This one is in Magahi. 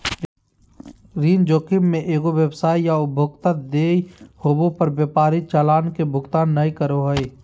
ऋण जोखिम मे एगो व्यवसाय या उपभोक्ता देय होवे पर व्यापारी चालान के भुगतान नय करो हय